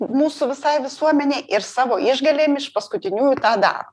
mūsų visai visuomenei ir savo išgalėm iš paskutiniųjų tą daro